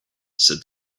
said